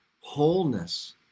wholeness